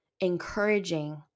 encouraging